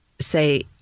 say